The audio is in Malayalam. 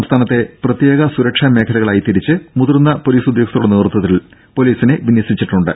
സംസ്ഥാനത്തെ പ്രത്യേക സുരക്ഷാ മേഖലകളാക്കിത്തിരിച്ച് മുതിർന്ന ഉദ്യോഗസ്ഥരുടെ നേതൃത്വത്തിൽ പോലീസിനെ വിന്യസിച്ചിട്ടുണ്ട്